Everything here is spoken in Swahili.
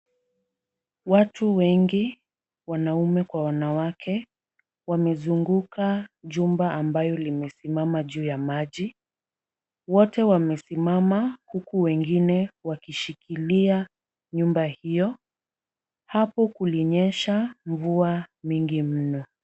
Watu wengi wanaume kwa wanawake, wamezunguka jumba ambayo limesimama juu ya maji. Wote wamesimama huku wengine wakishikilia nyumba hiyo. Hapo kulinyesha mvua mingi mno.